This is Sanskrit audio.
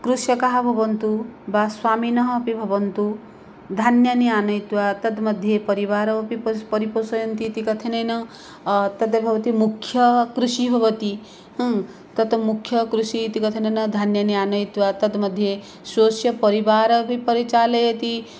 कृषकाः भवन्तु वा स्वामिनः अपि भवन्तु धान्यानि आनयित्वा तन्मध्ये परिवारमपि पस् परिपोषयन्ति इति कथनेन तद् भवति मुख्या कृषिः भवति तत् मुख्या कृषिः इति कथनेन धान्यानि आनयित्वा तद् मध्ये स्वस्य परिवारम् अपि परिचालयति